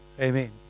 Amen